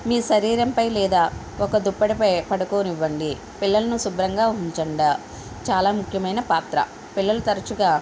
మీ శరీరంపై లేదా ఒక దుప్పటిపై పడుకోనివ్వండి పిల్లలను శుభ్రంగా ఉంచండి చాలా ముఖ్యమైన పాత్ర పిల్లలు తరచుగా